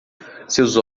seus